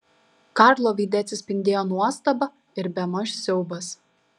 karlo veide atsispindėjo nuostaba ir bemaž siaubas